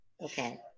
Okay